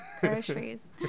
groceries